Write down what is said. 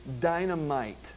dynamite